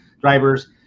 drivers